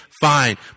Fine